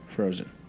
Frozen